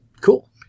Cool